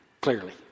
clearly